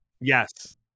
Yes